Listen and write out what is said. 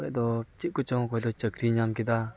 ᱚᱠᱚᱭ ᱫᱚ ᱪᱮᱫ ᱠᱚᱪᱚᱝ ᱚᱠᱚᱭ ᱫᱚ ᱪᱟᱹᱠᱨᱤᱭ ᱧᱟᱢ ᱠᱮᱫᱟ